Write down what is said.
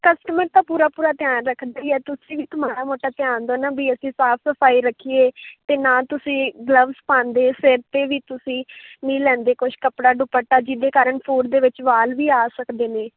customer ਤਾਂ ਪੂਰਾ ਪੂਰਾ ਧਿਆਨ ਰੱਖਦੇ ਹੀ ਹੈ ਤੁਸੀਂ ਵੀ ਤਾਂ ਮਾੜਾ ਮੋਟਾ ਧਿਆਨ ਦਿਓ ਨਾ ਵੀ ਅਸੀਂ ਸਾਫ਼ ਸਫ਼ਾਈ ਰੱਖੀਏ ਅਤੇ ਨਾ ਤੁਸੀਂ ਗਲਵਜ ਪਾਉਂਦੇ ਹੈ ਸਿਰ 'ਤੇ ਵੀ ਤੁਸੀਂ ਨਹੀਂ ਲੈਂਦੇ ਕੁਛ ਕੱਪੜਾ ਦੁਪੱਟਾ ਜਿਹਦੇ ਕਾਰਨ ਫ਼ੂਡ ਦੇ ਵਿੱਚ ਵਾਲ ਵੀ ਆ ਸਕਦੇ ਨੇ